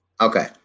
Okay